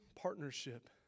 partnership